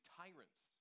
tyrants